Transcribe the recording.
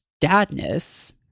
dadness